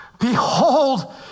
Behold